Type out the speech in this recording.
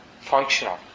functional